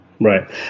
right